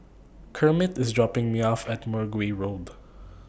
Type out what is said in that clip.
Kermit IS dropping Me off At Mergui Road